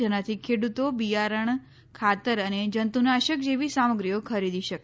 જેનાથી ખેડૂતો બિયારણ ખાતર અને જંતુનાશક જેવી સામગ્રીઓ ખરીદી શકે